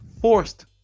forced